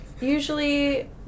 usually